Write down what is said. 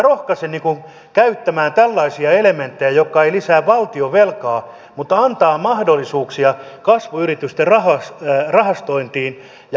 minä rohkaisen käyttämään tällaisia elementtejä jotka eivät lisää valtionvelkaa mutta antavat mahdollisuuksia kasvuyritysten rahastointiin ja kasvattamiseen